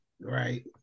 Right